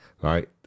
right